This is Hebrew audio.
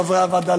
חברי הוועדה,